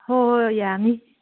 ꯍꯣꯏ ꯍꯣꯏ ꯌꯥꯅꯤ